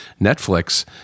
Netflix